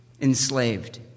enslaved